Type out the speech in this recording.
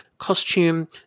costume